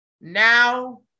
Now